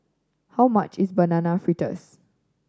how much is Banana Fritters